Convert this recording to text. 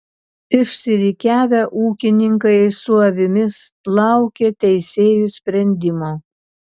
išsirikiavę ūkininkai su avimis laukė teisėjų sprendimo